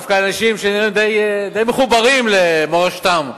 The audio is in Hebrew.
אנשים שנראים די מחוברים למורשתם וליהדותם,